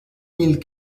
mille